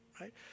right